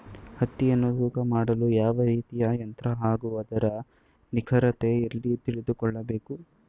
ಹತ್ತಿಯನ್ನು ತೂಕ ಮಾಡಲು ಯಾವ ರೀತಿಯ ಯಂತ್ರ ಹಾಗೂ ಅದರ ನಿಖರತೆ ಎಲ್ಲಿ ತಿಳಿದುಕೊಳ್ಳಬೇಕು?